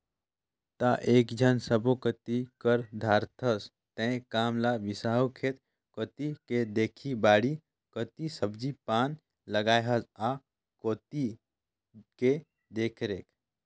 त एकेझन सब्बो कति कर दारथस तें काम ल बिसाहू खेत कोती के देखही बाड़ी कोती सब्जी पान लगाय हस आ कोती के देखरेख